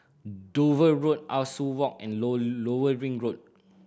Dover Road Ah Soo Walk and Low Lower Ring Road